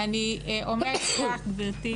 ואני אומרת לך, גברתי